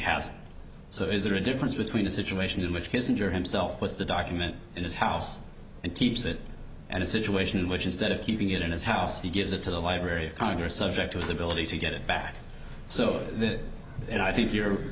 has so is there a difference between a situation in which kissinger himself puts the document in his house and keeps it and a situation in which instead of keeping it in his house he gives it to the library of congress subject to his ability to get it back so i think your